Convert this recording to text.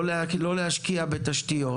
לא להשקיע בתשתיות,